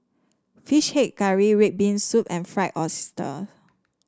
fish head curry red bean soup and Fried Oyster